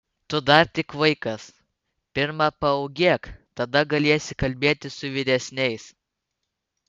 tu dar tik vaikas pirma paūgėk tada galėsi kalbėti su vyresniais